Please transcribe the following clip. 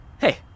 Hey